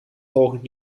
volgend